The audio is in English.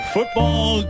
Football